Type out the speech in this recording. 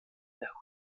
der